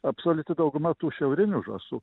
absoliuti dauguma tų šiaurinių žąsų